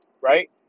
right